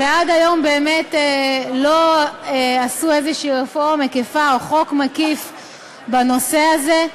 ועד היום באמת לא עשו איזה רפורמה מקיפה או חוק מקיף בנושא הזה,